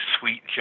sweet